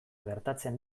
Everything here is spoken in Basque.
gertatzen